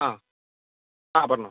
ആ ആ പറഞ്ഞോ